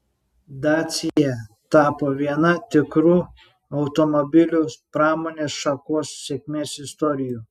dacia tapo viena tikrų automobilių pramonės šakos sėkmės istorijų